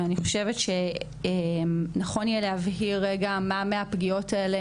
אני חושבת שנכון יהיה להבהיר רגע מה מהפגיעות האלה